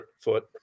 foot